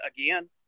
again